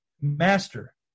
master